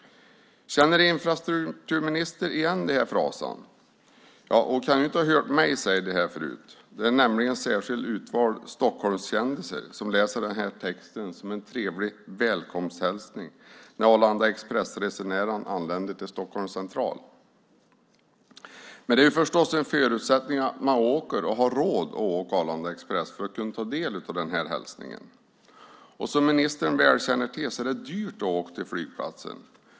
Känner infrastrukturministern igen de här fraserna? Hon kan inte ha hört mig säga det här förut. Det är nämligen särskilt utvalda Stockholmskändisar som läser texten som en trevlig välkomsthälsning när Arlanda Express-resenärerna anländer till Stockholms central. Men om man ska kunna ta del av den här hälsningen är det förstås en förutsättning att man åker och har råd att åka Arlanda Express. Som ministern väl känner till är det dyrt att åka till flygplatsen.